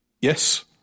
Yes